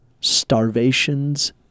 starvation's